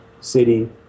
city